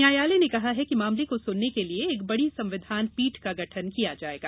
न्यायालय ने कहा है कि मामले को सुनने के लिए एक बड़ी संविधान पीठ का गठन किया जायेगा